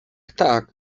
tak